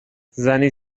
زنی